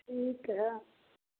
ठीक हइ